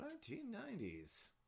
1990s